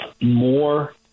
more